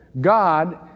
God